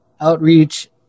outreach